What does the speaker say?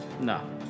No